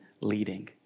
leading